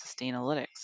Sustainalytics